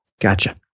Gotcha